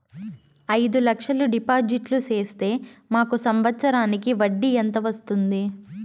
అయిదు లక్షలు డిపాజిట్లు సేస్తే మాకు సంవత్సరానికి వడ్డీ ఎంత వస్తుంది?